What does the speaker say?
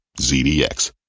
ZDX